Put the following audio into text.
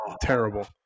terrible